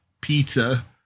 pizza